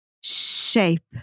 shape